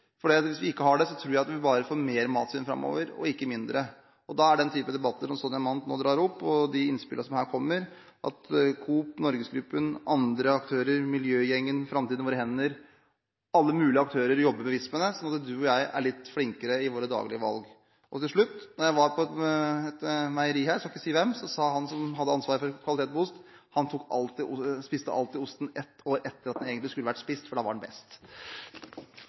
Hvis vi ikke får det til, tror jeg at vi bare får mer matsvinn framover og ikke mindre. Da er den type debatter som Sonja Mandt nå drar opp, og de innspillene som her kommer – at Coop Norge, NorgesGruppen og andre aktører, Miljøgjengen, Framtiden i våre hender, alle mulige aktører, jobber bevisst med det – viktige, sånn at du og jeg blir litt flinkere i våre daglige valg. Til slutt: Da jeg var på et meieri her – jeg skal ikke si hvilket – sa han som hadde ansvaret for kvaliteten på ost, at han alltid spiste osten et år etter at den egentlig skulle vært spist, for da var den best.